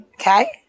Okay